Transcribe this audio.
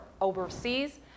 overseas